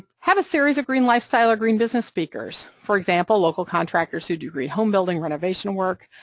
have a series of green lifestyle or green business speakers, for example, local contractors who do green home building, renovation work,